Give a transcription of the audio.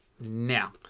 Now